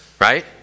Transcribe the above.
right